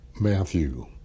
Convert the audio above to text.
Matthew